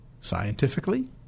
scientifically